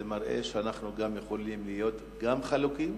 זה מראה שאנחנו יכולים להיות גם חלוקים,